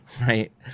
right